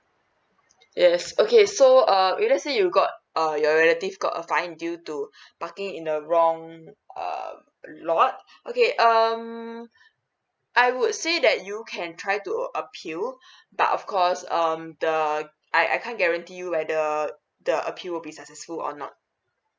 yes okay so err if let say you got uh your relative got a fine due to parking in the wrong err lot okay um I would say that you can try to appeal but of course um the I I can guarantee you whether the uh the appeal will be successful or not